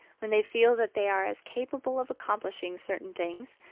when they feel that they are as capable of accomplishing certain things,